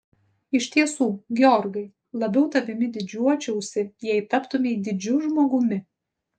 iš tiesų georgai labiau tavimi didžiuočiausi jei taptumei didžiu žmogumi